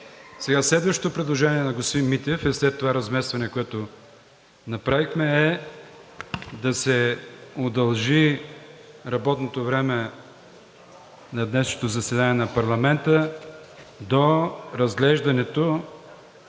Следващото предложение на господин Митев е след това разместване, което направихме, да се удължи работното време на днешното заседание на парламента до разглеждането